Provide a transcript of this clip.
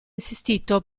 insistito